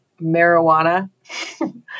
marijuana